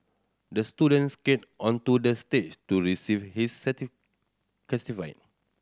the student skated onto the stage to receive his